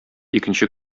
икенче